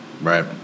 Right